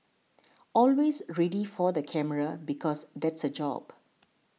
always ready for the camera because that's her job